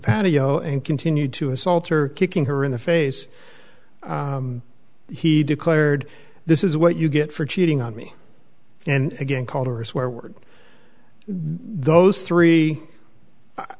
patio and continued to assault or kicking her in the face he declared this is what you get for cheating on me and again called her a swear word those three